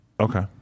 Okay